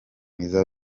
mwiza